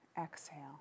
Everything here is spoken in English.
exhale